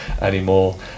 anymore